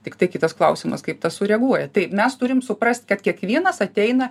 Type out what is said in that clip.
tiktai kitas klausimas kaip tas sureaguoja tai mes turim suprast kad kiekvienas ateina